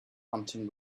hunting